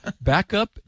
backup